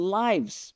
lives